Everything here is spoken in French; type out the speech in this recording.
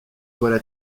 voilà